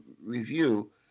review